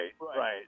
right